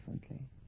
differently